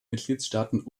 mitgliedstaaten